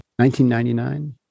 1999